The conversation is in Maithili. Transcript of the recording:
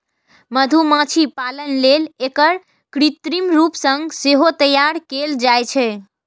मधुमाछी पालन लेल एकरा कृत्रिम रूप सं सेहो तैयार कैल जाइ छै